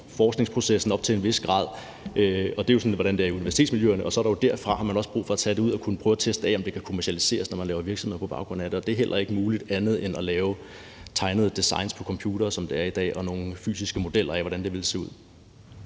forskningsprocessen op til en vis grad. Det er jo, hvordan det er i universitetsmiljøerne. Derfra har man også brug for at kunne tage det ud og prøve at teste det af for at se, om det kan kommercialiseres, når man laver virksomheder på baggrund af det. Det er heller ikke, som det er i dag, muligt at lave andet end tegnede designs på computere og nogle fysiske modeller af, hvordan det ville se ud.